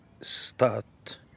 start